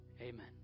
Amen